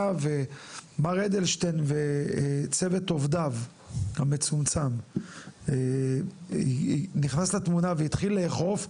היה ומר אדלשטיין וצוות עובדיו המצומצם נכנס לתמונה והתחיל לאכוף,